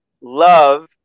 love